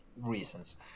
reasons